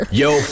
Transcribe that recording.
yo